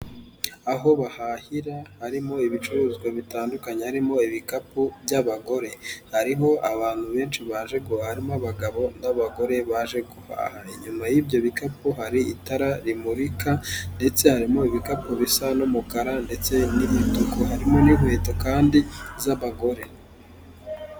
Aho bahahira harimo ibicuruzwa bitandukanye harimo ibikapu by'abagore, harimo abantu benshi baje harimo abagabo n'abagore baje guhaha, inyuma y'ibyo bikapu hari itara rimurika ndetse harimo ibikapu bisa n'umukara ndetse n'imituku, harimo n'inkweto kandi z'abagore.